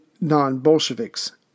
non-Bolsheviks